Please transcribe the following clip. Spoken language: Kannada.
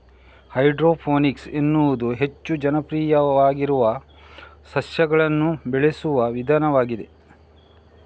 ಹೈಡ್ರೋಫೋನಿಕ್ಸ್ ಎನ್ನುವುದು ಹೆಚ್ಚು ಜನಪ್ರಿಯವಾಗಿರುವ ಸಸ್ಯಗಳನ್ನು ಬೆಳೆಸುವ ವಿಧಾನವಾಗಿದೆ